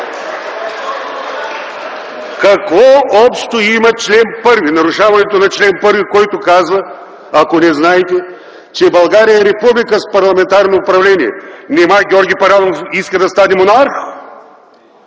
Какво общо има чл. 1, нарушаването на чл.1, който казва, ако не знаете, че: „България е република с парламентарно управление”? Нима Георги Първанов иска да стане монарх?!